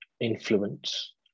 influence